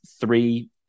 three